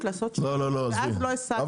לעשות שינוי ואז לא השגת כלום ולכן --- לא,